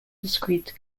discrete